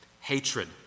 hatred